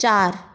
ਚਾਰ